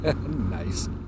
nice